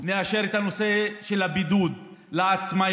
נאשר את הנושא של הבידוד לעצמאים.